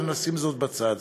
אבל נשים זאת בצד.